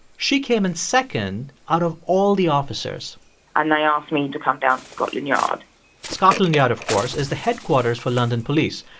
she came in second out of all the officers and they asked me to come down to scotland yard scotland yard, of course, is the headquarters for london police.